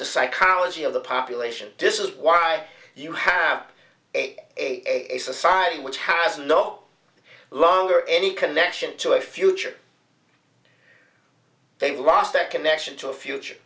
the psychology of the population this is why you have a society which has no longer any connection to a future they've lost their connection to a future